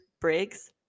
Briggs